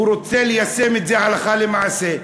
הוא רוצה ליישם את זה הלכה למעשה.